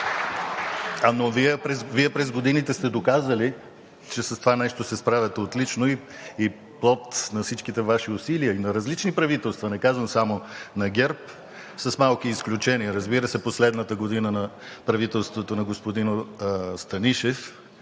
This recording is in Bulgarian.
Вие през годините сте доказали, че с това нещо се справяте отлично и плод на всичките Ваши усилия – на различни правителства, не казвам само – на ГЕРБ, с малки изключения, разбира се – последната година на правителството на господин Станишев